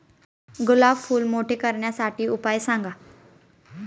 गुलाब फूल मोठे करण्यासाठी उपाय सांगा?